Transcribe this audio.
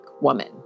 woman